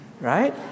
right